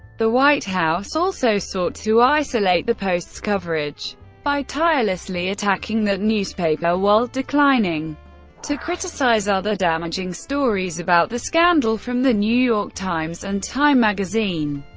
the white house also sought to isolate the post's coverage by tirelessly attacking that newspaper while declining to criticize other damaging stories about the scandal from the new york times and time magazine.